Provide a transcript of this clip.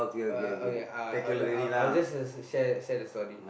uh okay I I I'll just share share the story